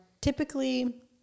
typically